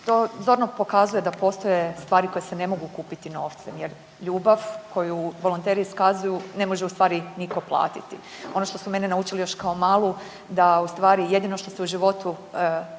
To zorno pokazuje da postoje stvari koje se ne mogu kupiti novcem jer ljubav koju volonteri iskazuju ne može u stvari nitko platiti. Ono što su mene naučili još kao malu da ustvari jedino što se u životu